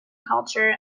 culture